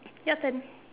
your turn